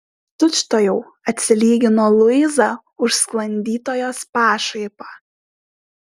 tučtuojau atsilygino luiza už sklandytojos pašaipą